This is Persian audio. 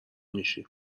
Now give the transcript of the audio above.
میشیم